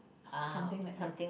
something like that